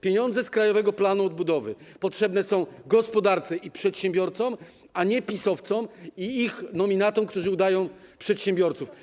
Pieniądze z krajowego planu odbudowy potrzebne są gospodarce i przedsiębiorcom, a nie PiS-owcom i ich nominatom, którzy udają przedsiębiorców.